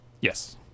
Yes